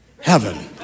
heaven